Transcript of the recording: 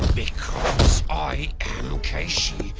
because i am ah keshi,